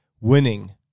winning